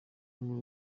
muri